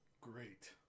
great